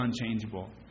unchangeable